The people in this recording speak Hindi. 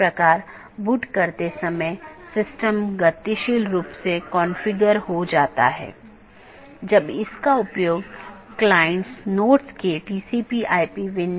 और BGP प्रोटोकॉल के तहत एक BGP डिवाइस R6 को EBGP के माध्यम से BGP R1 से जुड़ा हुआ है वहीँ BGP R3 को BGP अपडेट किया गया है और ऐसा ही और आगे भी है